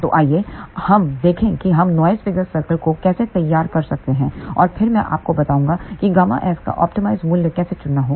तो आइए हम देखें कि हम नॉइस फिगर सर्कल को कैसे तैयार कर सकते हैं और फिर मैं आपको बताऊंगा कि ΓS का ऑप्टिमाइज मूल्य कैसे चुना जाए